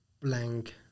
blank